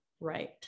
right